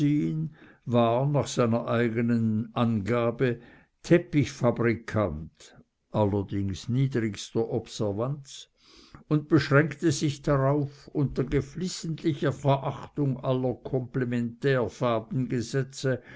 war seiner eigenen angabe nach teppichfabrikant allerdings niedrigster observanz und beschränkte sich darauf unter geflissentlicher verachtung aller